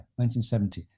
1970